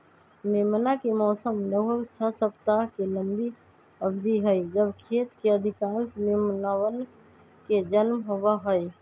मेमना के मौसम लगभग छह सप्ताह के लंबी अवधि हई जब खेत के अधिकांश मेमनवन के जन्म होबा हई